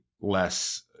less